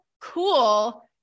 cool